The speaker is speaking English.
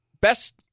best